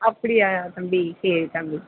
அப்படியா தம்பி சரி தம்பி